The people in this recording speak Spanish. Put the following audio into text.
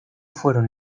fueron